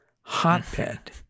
hotbed